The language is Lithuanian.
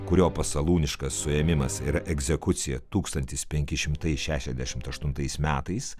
kurio pasalūniškas suėmimas ir egzekucija tūkstantis penki šimtai šešiasdešimt aštuntais metais